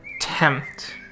tempt